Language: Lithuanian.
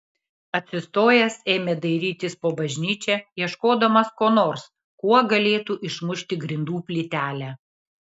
atsistojęs ėmė dairytis po bažnyčią ieškodamas ko nors kuo galėtų išmušti grindų plytelę